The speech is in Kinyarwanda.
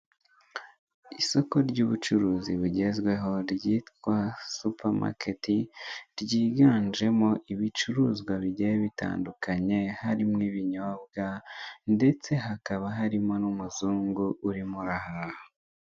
Isoko ry'ubucuruzi bugezweho, ryitwa supamaketi, ryiganjemo ibicuruzwa bigiye bitandukanye, harimo ibinyobwa, ndetse hakaba harimo n'umuzungu urimo urahaha.